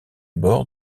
bords